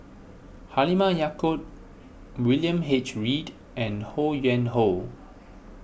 Halimah Yacob William H Read and Ho Yuen Hoe